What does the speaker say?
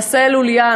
מעשה לוליין.